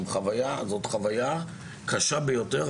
זאת חוויה קשה ביותר.